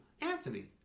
Anthony